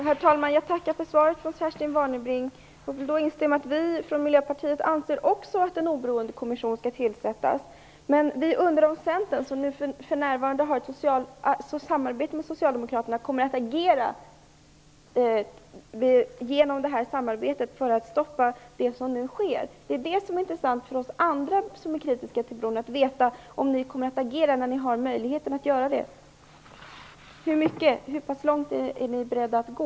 Herr talman! Jag tackar för svaret från Kerstin Warnerbring. Vi från Miljöpartiet anser också att en oberoende kommission skall tillsättas. Men vi undrar om Centern, som för närvarande har ett samarbete med Socialdemokraterna, kommer att agera via detta samarbete för att stoppa det som nu sker. Det är intressant för oss andra som är kritiska till bron att veta om ni kommer att agera när ni har möjligheten att göra det. Hur pass långt är ni beredda att gå?